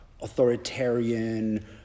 authoritarian